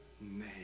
name